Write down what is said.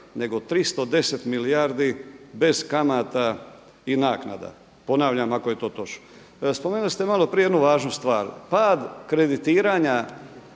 nego 310 milijardi bez kamata i naknada, ponavljam ako je to točno. Spomenuli ste malo prije jednu važnu stvar. Pad kreditiranja